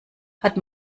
hat